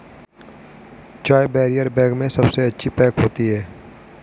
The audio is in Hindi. चाय बैरियर बैग में सबसे अच्छी पैक होती है